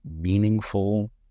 meaningful